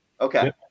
Okay